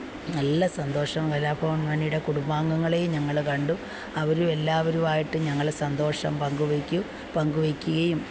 നല്ല സന്തോഷം കലാഭവന് മണിയുടെ കുടുംബാംഗങ്ങളെയും ഞങ്ങള് കണ്ടു അവരും എല്ലാവരുമായിട്ടും ഞങ്ങള് സന്തോഷം പങ്കുവയ്ക്കു പങ്കുവയ്ക്കുകയും